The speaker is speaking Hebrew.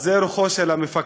אז, זו רוחו של המפקד,